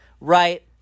right